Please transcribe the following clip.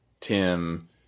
Tim